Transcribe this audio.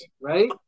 right